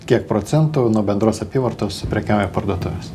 kiek procentų nuo bendros apyvartos suprekiauja parduotuvės